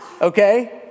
okay